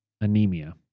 anemia